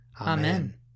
Amen